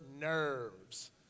nerves